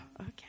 Okay